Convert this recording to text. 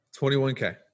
21K